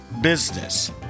business